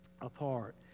apart